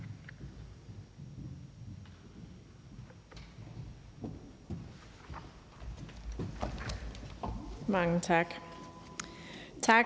Mange tak.